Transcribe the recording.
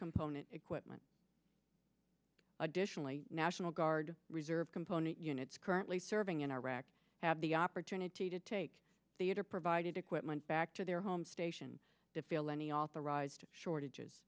component equipment additionally national guard reserve component units currently serving in iraq have the opportunity to take the water provided equipment back to their home station to fill any authorized shortages